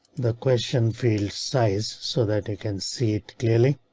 the question feels size so that they can see it clearly.